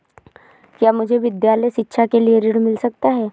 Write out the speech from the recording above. क्या मुझे विद्यालय शिक्षा के लिए ऋण मिल सकता है?